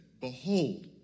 Behold